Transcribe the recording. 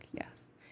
Yes